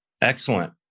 Excellent